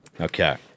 Okay